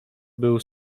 był